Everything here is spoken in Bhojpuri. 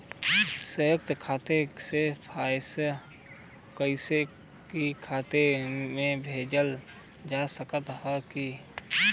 संयुक्त खाता से पयिसा कोई के खाता में भेजल जा सकत ह का?